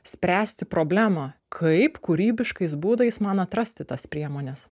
spręsti problemą kaip kūrybiškais būdais man atrasti tas priemones